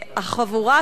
החבורה